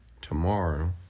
tomorrow